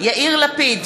יאיר לפיד,